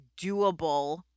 doable